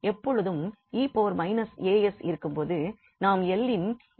எப்பொழுதும் 𝑒−𝑎𝑠 இருக்கும்போது நாம் 𝐿 இன் இன்வெர்ஸ் எடுக்கின்றோம்